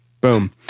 Boom